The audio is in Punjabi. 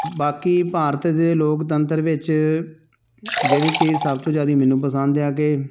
ਬਾਕੀ ਭਾਰਤ ਦੇ ਲੋਕਤੰਤਰ ਵਿੱਚ ਜਿਹੜੀ ਚੀਜ਼ ਸਭ ਤੋਂ ਜ਼ਿਆਦਾ ਮੈਨੂੰ ਪਸੰਦ ਆ ਕਿ